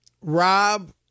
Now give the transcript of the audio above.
Rob